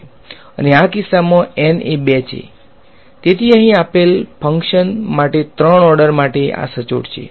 અને આ કિસ્સામાં N એ 2 છે તેથી અહીં આપેલ ફંકશન માટે 3 ઓર્ડર માટે આ સચોટ છે